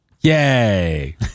yay